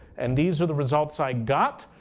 and these are the results i got.